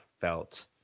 felt